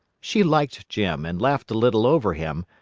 she liked jim, and laughed a little over him,